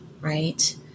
Right